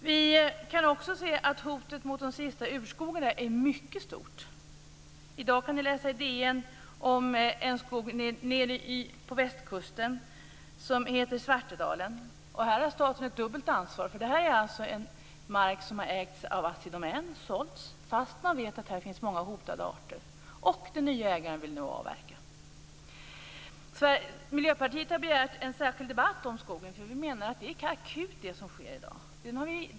Vi kan också se att hotet mot de sista urskogarna är mycket stort. I dag kan vi läsa i DN om en skog nere på Västkusten som heter Svartådalen. Här har staten ett dubbelt ansvar. Det är en mark som har ägts av Assi Domän och sålts fast man vet att här finns många hotade arter. Den nya ägaren vill nu avverka. Miljöpartiet har begärt en särskild debatt om skogen. Vi menar att det som sker i dag är akut.